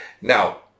Now